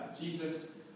Jesus